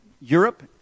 Europe